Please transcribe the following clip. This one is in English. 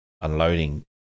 unloading